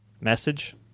message